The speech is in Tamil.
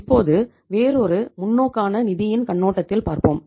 இப்போது வேறொரு முன்னோக்கான நிதியின் கண்ணோட்டத்தில் பார்ப்போம்